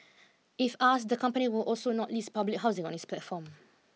if asked the company would also not list public housing on its platform